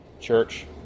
church